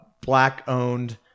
black-owned